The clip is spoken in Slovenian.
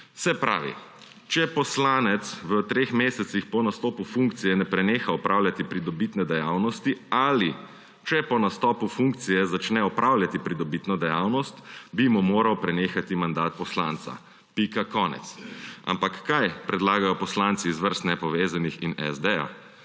Se pravi, če poslanec v treh mesecih po nastopu funkcije ne preneha opravljati pridobitne dejavnosti ali če po nastopu funkcije začne opravljati pridobitno dejavnost, bi mu moral prenehati mandat poslanca. Pika konec. Ampak kaj predlagajo poslanski iz vrst Nepovezanih in SD?